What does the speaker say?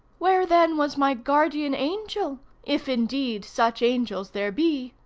where then was my guardian angel if indeed such angels there be.